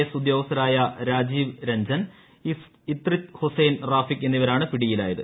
S ഉദ്യോഗസ്ഥനായ രാജീവ് രഞ്ജൻ ഇത്രിത് ഹുസൈൻ റാഫിക്കി എന്നിവരാണ് പിടിയിലായത്